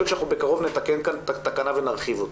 להיות שבקרוב נתקן כאן את התקנה ונרחיב אותה.